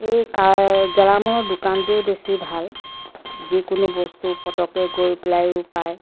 এই কাৰ গেলামালৰ দোকানটোৱেই বেছি ভাল যিকোনো বস্তু পটককৈ গৈ পেলাইও পায়